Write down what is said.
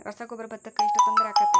ರಸಗೊಬ್ಬರ, ಭತ್ತಕ್ಕ ಎಷ್ಟ ತೊಂದರೆ ಆಕ್ಕೆತಿ?